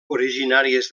originàries